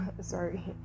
Sorry